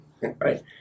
right